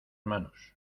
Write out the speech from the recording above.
manos